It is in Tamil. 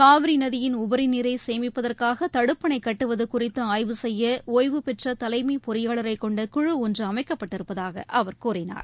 காவிரி நதியின் உபரி நீரை சேமிப்பதற்காக தடுப்பணை கட்டுவது குறித்து ஆய்வு செய்ய ஒய்வுபெற்ற தலைமை பொறியாளரைக் கொண்ட குழு ஒன்று அமைக்கப்பட்டிருப்பதாக அவர் கூறினார்